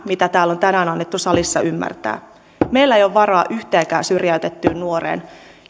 kuten täällä salissa on tänään annettu ymmärtää meillä ei ole varaa yhteenkään syrjäytettyyn nuoreen